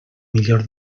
millor